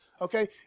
Okay